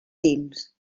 tints